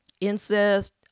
incest